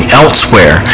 elsewhere